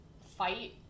fight